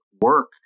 work